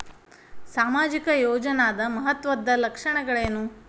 ಸಾಮಾಜಿಕ ಯೋಜನಾದ ಮಹತ್ವದ್ದ ಲಕ್ಷಣಗಳೇನು?